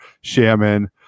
shaman